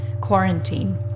quarantine